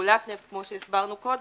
ו"פעולת נפט", כמו שהסברנו קודם,